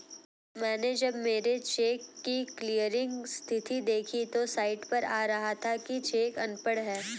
मैनें जब मेरे चेक की क्लियरिंग स्थिति देखी तो साइट पर आ रहा था कि चेक अनपढ़ है